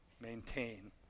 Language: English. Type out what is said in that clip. maintain